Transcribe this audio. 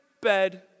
bed